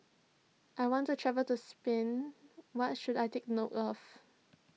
I want to travel to Spain what should I take note of